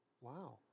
Wow